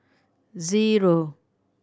zero